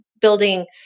building